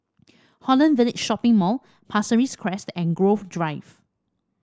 Holland Village Shopping Mall Pasir Ris Crest and Grove Drive